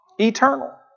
eternal